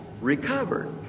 recovered